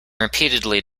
repeatedly